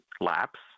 lapse